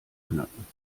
knacken